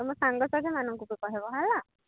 ତମ ସାଙ୍ଗସାଥୀମାନଙ୍କୁ ବି କହିବ ହେଲା